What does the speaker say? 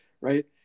Right